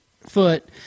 foot